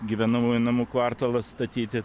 gyvenamųjų namų kvartalą statyti